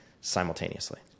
simultaneously